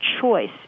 choice